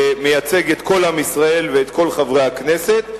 מייצג את כל עם ישראל ואת כל חברי הכנסת,